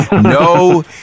No